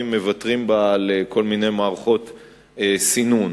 מוותרים על כל מיני מערכות סינון.